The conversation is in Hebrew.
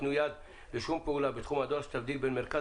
ייתנו יד לשום פעולה בתחום הדואר שתבדיל בין מרכז